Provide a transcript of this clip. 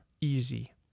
easy